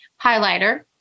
highlighter